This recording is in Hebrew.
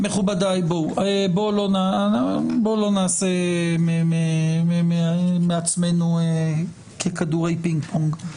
מכובדיי, בואו לא נעשה מעצמנו כדורי פינג פונג.